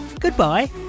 goodbye